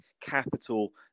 capital